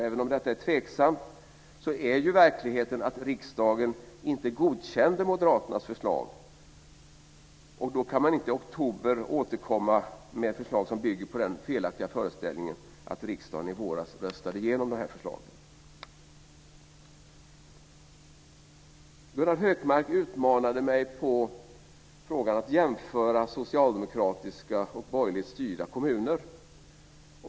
Även om detta är tveksamt så är ju verkligheten att riksdagen inte godkände Moderaternas förslag, och då kan man inte i oktober återkomma med förslag som bygger på den felaktiga föreställningen att riksdagen i våras röstade igenom förslaget. Gunnar Hökmark utmanade mig i frågan om att jämföra socialdemokratiskt och borgerligt styrda kommuner.